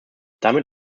damit